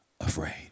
afraid